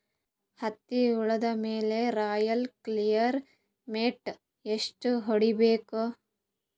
ಹತ್ತಿ ಹುಳ ಮೇಲೆ ರಾಯಲ್ ಕ್ಲಿಯರ್ ಮೈಟ್ ಎಷ್ಟ ಹೊಡಿಬೇಕು?